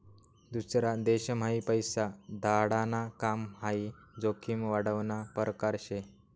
दूसरा देशम्हाई पैसा धाडाण काम हाई जोखीम वाढावना परकार शे